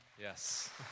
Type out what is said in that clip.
Yes